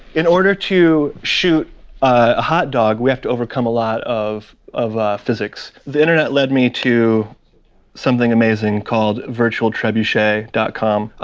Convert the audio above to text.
in order to shoot a hot dog we have to overcome a lot of of physics. the internet led me to something amazing called virtualtrebuchet com.